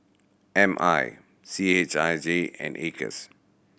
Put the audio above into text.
M I C H I J and Acres